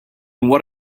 what